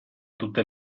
tutte